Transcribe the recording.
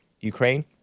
Ukraine